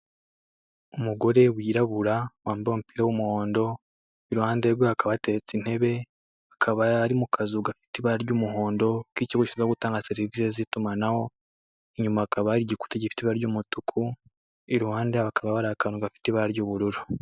Umugore wirabura wambaye umupira w'umuhondo iruhande rwe hakaba hateretse intebe akaba ari mu kazu k'umuhondo k'ikigo gishinzwe gutanga itumanaho inyuma hakaba ahari gikuta gifite ibara ry'umutuku ku ruhande hari akantu gafite ibara ry'ubururu.